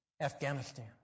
Afghanistan